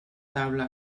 taula